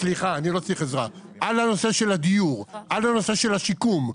על הנושא של השיקום,